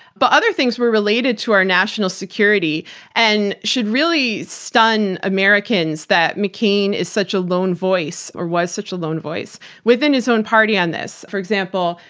but other things were related to our national security and should really stun americans that mccain is such a lone voice, or was such a lone voice within his own party on this. for example,